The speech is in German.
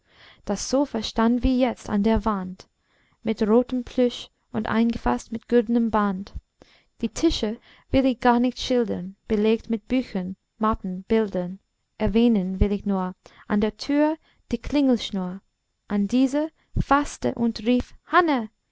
das sofa stand wie jetzt an der wand mit rotem plüsch und eingefaßt mit güldnem band die tische will ich gar nicht schildern belegt mit büchern mappen bildern erwähnen will ich nur an der tür die klingelschnur an diese faßte und rief hanne